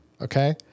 Okay